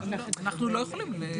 אנחנו מסכימים איתך.